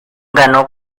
ganó